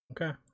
Okay